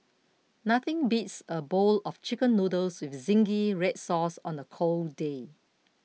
nothing beats a bowl of Chicken Noodles with Zingy Red Sauce on a cold day